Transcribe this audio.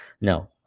no